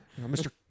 Mr